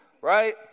right